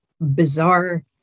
bizarre